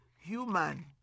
human